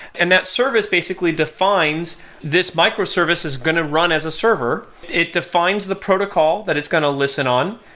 and that service basically defines this microservice is going to run as a server, it defines the protocol that it's going to listen on,